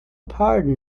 pardon